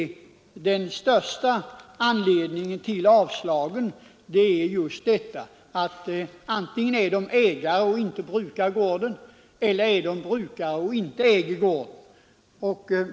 Den vanligaste anledningen till avslag är just att vederbörande antingen är ägare till gården men inte brukar den eller brukar gården men inte äger den.